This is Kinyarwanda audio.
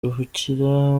ruhukira